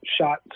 shot